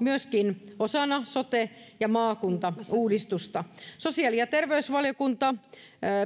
myöskin osana sote ja maakuntauudistusta sosiaali ja terveysvaliokunta